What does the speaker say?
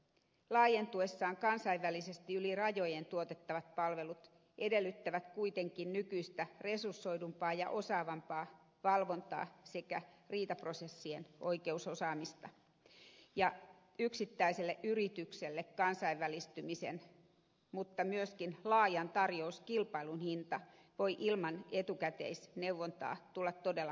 laajentuessaan kansainvälisesti yli rajojen tuotettavat palvelut edellyttävät kuitenkin nykyistä resursoidumpaa ja osaavampaa valvontaa sekä riitaprosessien oikeusosaamista ja yksittäiselle yritykselle kansainvälistymisen mutta myöskin laajan tarjouskilpailun hinta voi ilman etukäteisneuvontaa tulla todella kalliiksi